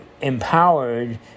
empowered